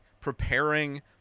preparing